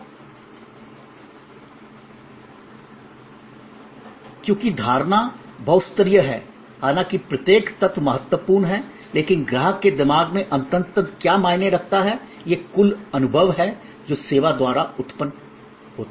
क्योंकि ग्राहक की धारणा बहुस्तरीय है हालांकि प्रत्येक तत्व महत्वपूर्ण है लेकिन ग्राहक के दिमाग में अंततः क्या मायने रखता है यह कुल अनुभव है जो सेवा द्वारा उत्पन्न होता है